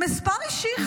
מס' אישי"